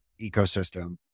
ecosystem